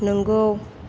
नोंगौ